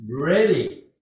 ready